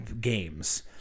games